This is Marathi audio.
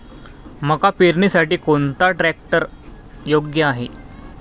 मका पेरणीसाठी कोणता ट्रॅक्टर योग्य आहे?